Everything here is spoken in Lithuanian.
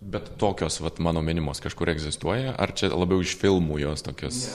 bet tokios vat mano minimos kažkur egzistuoja ar čia labiau iš filmų jos tokios